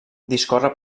discorre